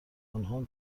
آنها